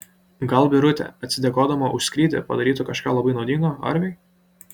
gal birutė atsidėkodama už skrydį padarytų kažką labai naudingo arviui